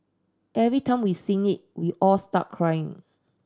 every time we sing it we all start crying